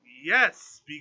Yes